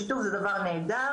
שיתוף זה דבר נהדר,